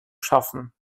schaffen